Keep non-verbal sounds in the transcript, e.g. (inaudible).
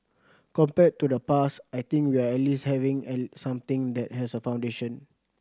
compared to the past I think we are at least having (unintelligible) something that has a foundation